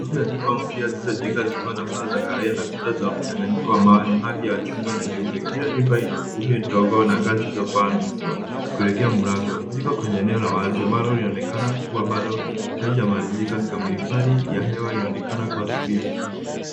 Kufu za nyumba mpya zilizo jengwa na paa za kahawia na kuta za mchanganyiko wa mawe rangi ya chungwa na nyeupe, kila nyumba ina kumbe ndogo na ngazi zilizo pandwa kuelekea mlango ziko kwenye eneo la wazi ambayo linaonekana kuwa bado haijamaalizika kikamilifu. Hali ya hewa inaonekana kuwa tulivu.